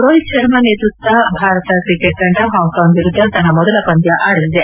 ರೋಹಿತ್ ಶರ್ಮ ನೇತೃತ್ವದ ಭಾರತ ್ರಿಕೆಟ್ ತಂಡ ಹಾಂಕಾಂಗ್ ವಿರುದ್ದ ತನ್ನ ಮೊದಲ ಪಂದ್ಯ ಆಡಲಿದೆ